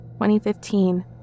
2015